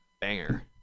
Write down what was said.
banger